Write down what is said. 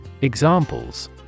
Examples